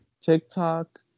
TikTok